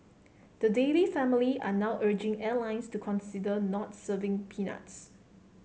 the Daley family are now urging airlines to consider not serving peanuts